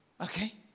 Okay